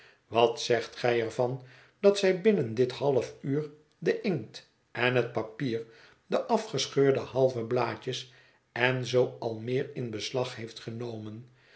wat zegt gij er van dat zij binnen dit half uur de inkt en het papier de afgescheurde halve blaadjes en zoo al meer in beslag heeft genomen